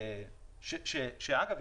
שאגב,